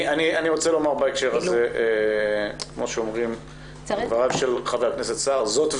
אני רוצה לומר בנוסף לדבריו של חה"כ סער, אנחנו